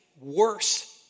worse